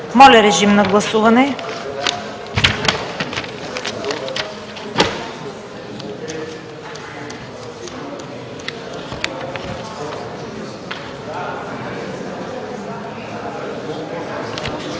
Моля, режим на гласуване